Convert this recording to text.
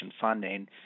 funding